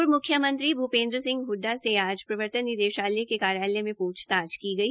पूर्व म्ख्यमंत्री भूपेन्द्र सिंह हडडा से आज प्रवर्तन निदेशालय के कार्यालय में प्छताछ की गई